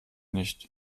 nicht